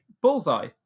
Bullseye